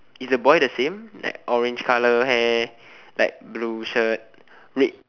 is the boy the same like orange colour hair like blue shirt